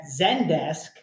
Zendesk